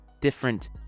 different